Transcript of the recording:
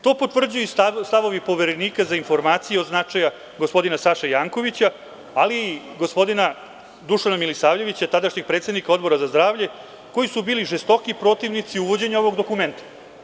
To potvrđuju i stavovi Poverenika za informacije od značaja, gospodina Saše Jankovića, ali i gospodina Dušana Milisavljevića, tadašnjeg predsednika Odbora za zdravlje, koji su bili žestoki protivnici uvođenja ovog dokumenta.